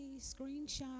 screenshot